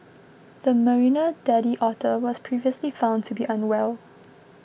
the Marina daddy otter was previously found to be unwell